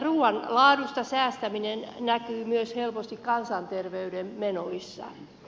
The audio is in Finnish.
ruuan laadusta säästäminen näkyy myös helposti kansanterveyden menoissa